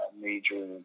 major